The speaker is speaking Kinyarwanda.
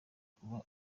kuba